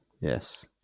Yes